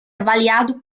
avaliado